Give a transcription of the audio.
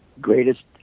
greatest